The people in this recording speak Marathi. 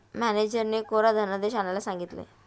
मॅनेजरने कोरा धनादेश आणायला सांगितले